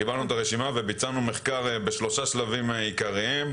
קיבלנו את הרשימה וביצענו מחקר בשלושה שלבים עיקריים,